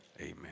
Amen